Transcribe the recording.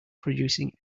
producing